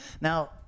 Now